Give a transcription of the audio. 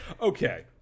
Okay